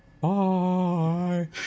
Bye